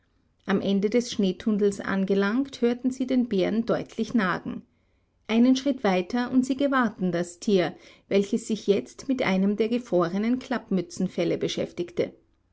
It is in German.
am ende des schneetunnels angelangt hörten sie den bären deutlich nagen ein schritt weiter und sie gewahrten das tier welches sich jetzt mit einem der gefrorenen klappmützenfelle beschäftigte